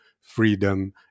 freedom